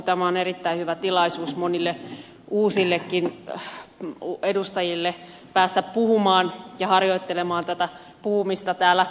tämä on erittäin hyvä tilaisuus monille uusillekin edustajille päästä puhumaan ja harjoittelemaan puhumista täällä